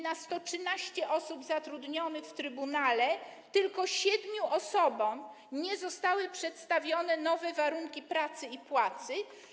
Na 113 osób zatrudnionych w trybunale tylko siedmiu osobom nie zostały przedstawione nowe warunki pracy i płacy.